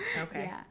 Okay